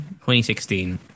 2016